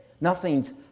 Nothing's